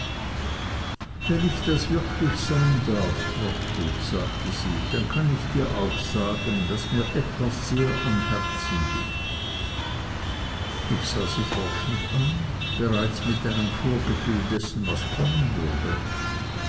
wenn ich das wirklich sein darf trotwood sagte sie dann kann ich dir auch sagen daß mir etwas sehr am herzen liegt ich sah sie forschend an bereits mit einem vorgefühl dessen was kommen würde